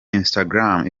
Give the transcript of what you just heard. instagram